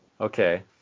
Okay